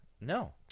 no